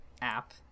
app